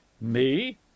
Me